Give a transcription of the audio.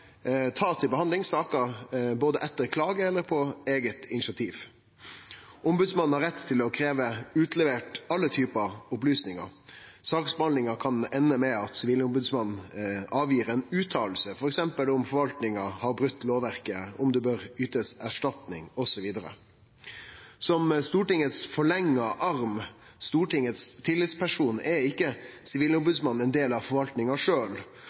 ta til behandling saker både etter klage og på eige initiativ. Ombodsmannen har rett til å krevje utlevert alle typar opplysningar. Saksbehandlinga kan ende med at Sivilombodsmannen kjem med ei fråsegn, f.eks. om forvaltninga har brote lovverket, om det bør ytast erstatning, osv. Som Stortingets forlengde arm og tillitsperson for Stortinget, er ikkje Sivilombodsmannen ein del av forvaltninga